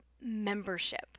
membership